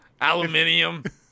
Aluminium